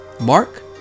mark